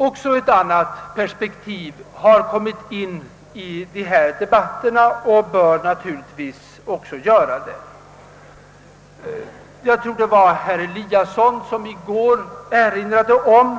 Ytterligare ett perspektiv har kommit in i dessa debatter och bör naturligtvis också göra det. Herr Eliasson i Sundborn erinrade i går om